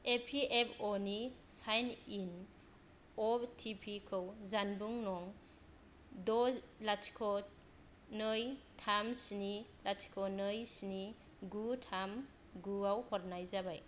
EPFO नि sign in OTP खौ जानबुं नं द' लाथिख' नै थाम स्नि लाथिख' नै स्नि गु थाम गुआव हरनाय जाबाय